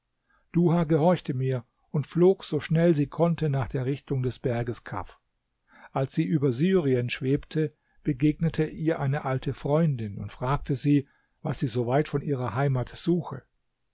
duha gehorchte mir und flog so schnell sie konnte nach der richtung des berges kaf als sie über syrien schwebte begegnete ihr eine alte freundin und fragte sie was sie so weit von ihrer heimat suche